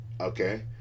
okay